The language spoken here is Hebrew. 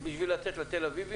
זה חוק רק בשביל תל אביב?